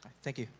thank you.